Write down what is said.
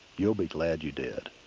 you'll be glad you did.